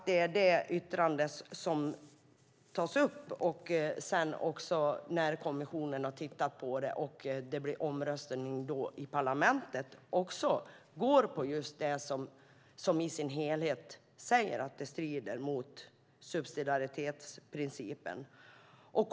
Det är det yttrandet som tas upp, och när kommissionen har tittat på det och det blir omröstning i parlamentet går man på just det som i sin helhet säger att det strider mot subsidiaritetsprincipen.